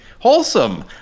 Wholesome